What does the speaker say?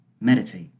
meditate